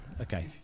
Okay